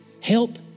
Help